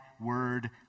word